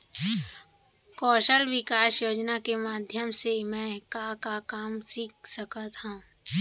कौशल विकास योजना के माधयम से मैं का का काम सीख सकत हव?